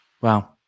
Wow